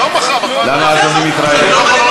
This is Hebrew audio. למה אדוני מתרעם?